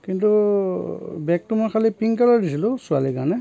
কিন্তু বেগটো মই পিংক কালাৰ দিছিলোঁ ছোৱালীৰ কাৰণে